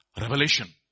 Revelation